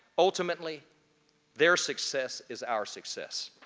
ultimately their success is our success.